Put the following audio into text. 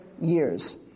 years